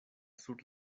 sur